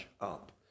up